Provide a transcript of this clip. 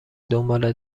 دنباله